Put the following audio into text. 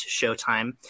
Showtime